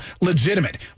legitimate